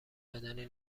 بدنی